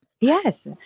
Yes